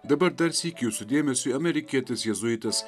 dabar darsyk jūsų dėmesiui amerikietis jėzuitas